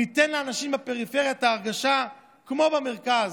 ניתן לאנשים בפריפריה את ההרגשה כמו במרכז.